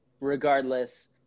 regardless